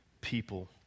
people